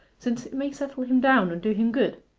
since it may settle him down and do him good.